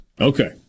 Okay